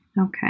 Okay